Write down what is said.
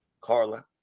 Carla